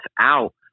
out